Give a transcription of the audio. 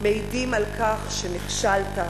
מעידים על כך שנכשלת.